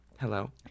Hello